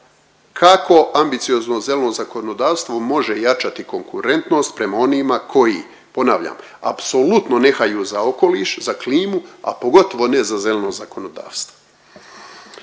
Kako ambiciozno zeleno zakonodavstvo može jačati konkurentnost prema onima koji, ponavljam, apsolutno ne haju za okoliš, za klimu, a pogotovo ne za zeleno zakonodavstvo?